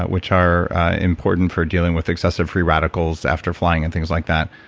but which are important for dealing with excessive free radicals after flying and things like that.